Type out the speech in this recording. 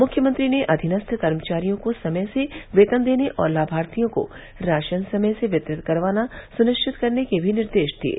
मुख्यमंत्री ने अधीनस्थ कर्मचारियों को समय से वेतन देने और लामार्थियों को राशन समय से वितरित करवाना सुनिश्चित करने के भी निर्देश दिये